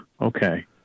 okay